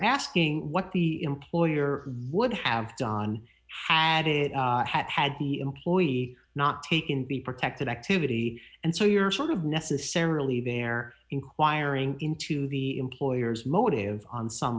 asking what the employer would have done had it had had the employee not taken the protected activity and so you're sort of necessarily there inquiring into the employer's motive on some